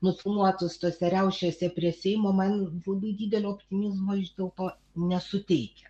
nufilmuotus tose riaušėse prie seimo man labai didelio optimizmo vis dėlto nesuteikia